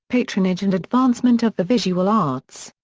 patronage and advancement of the visual arts.